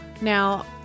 Now